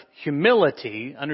humility